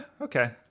Okay